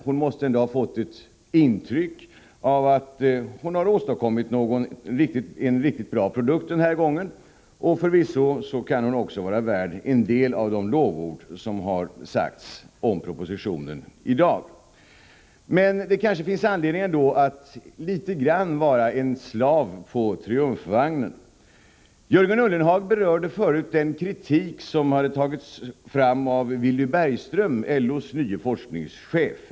Hon måste ändå ha fått ett intryck av att hon har åstadkommit en riktigt bra produkt den här gången, och förvisso kan hon också vara värd en del av de lovord som har uttalats om propositionen i dag. Men det finns kanske ändå anledning för mig att i någon mån vara en slav på triumfvagnen. Jörgen Ullenhag berörde förut den kritik som hade tagits fram av Willy Bergström, LO:s nyutnämnde forskningschef.